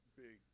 big